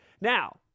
Now